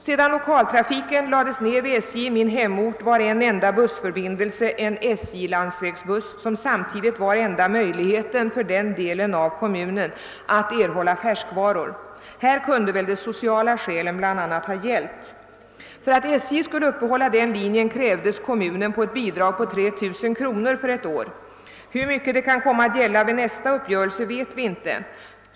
Sedan lokaltrafiken lades ned vid SJ i min hembygd, var den enda bussförbindelsen en SJ-landsvägsbuss, som samtidigt var enda möjligheten för den delen av kommunen att erhålla färskvaror. Här kunde väl de sociala skälen bl.a. ha gällt. För att SJ skulle uppehålla den linjen, krävdes kommunen på ett bidrag på 3000 kronor för ett år. Hur mycket det kan komma att gälla vid nästa uppgörelse vet vi inte.